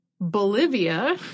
Bolivia